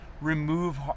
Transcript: remove